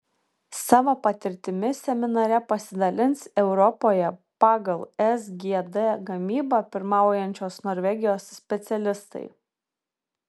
savo patirtimi seminare pasidalins europoje pagal sgd gamybą pirmaujančios norvegijos specialistai